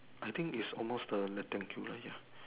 I think is almost the rectangular ya